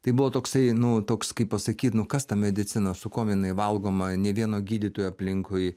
tai buvo toksai nu toks kaip pasakyt nu kas ta medicina su kuom jinai valgoma ne vieno gydytojo aplinkui